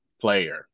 Player